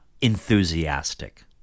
enthusiastic